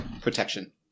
protection